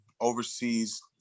overseas